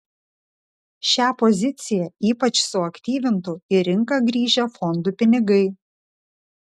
šią poziciją ypač suaktyvintų į rinką grįžę fondų pinigai